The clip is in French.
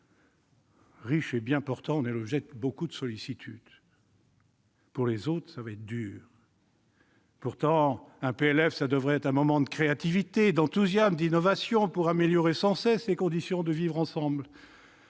Riche et bien portant, on est l'objet de beaucoup de sollicitude. Pour les autres, ça va être dur ... Pourtant, un PLF devrait être un moment de créativité, d'enthousiasme, d'innovation pour améliorer sans cesse les conditions du vivre ensemble.